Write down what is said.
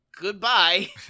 goodbye